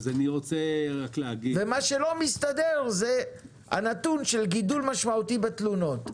מה שלא מסתדר זה הנתון של גידול משמעותי בתלונות.